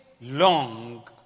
long